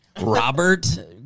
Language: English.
Robert